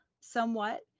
somewhat